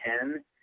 ten